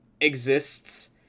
exists